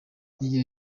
iyi